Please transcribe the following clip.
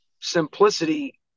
simplicity